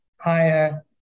higher